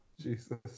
Jesus